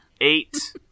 Eight